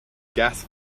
gas